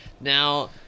Now